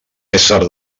ésser